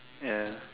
ya